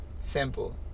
simple